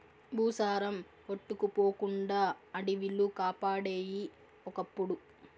భూసారం కొట్టుకుపోకుండా అడివిలు కాపాడేయి ఒకప్పుడు